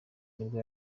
nibwo